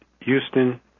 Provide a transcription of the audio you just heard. Houston